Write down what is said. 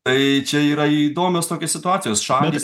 tai čia yra įdomios tokios situacijos šalys